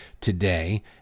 today